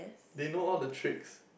do you know all the tricks